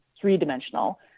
three-dimensional